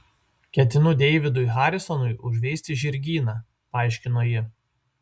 ketinu deividui harisonui užveisti žirgyną paaiškino ji